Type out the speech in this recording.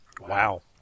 Wow